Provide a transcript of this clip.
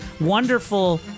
wonderful